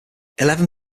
eleven